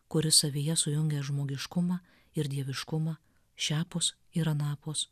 kuris savyje sujungė žmogiškumą ir dieviškumą šiapus ir anapus